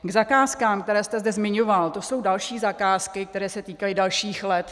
K zakázkám, které jste zde zmiňoval, to jsou další zakázky, které se týkají dalších let.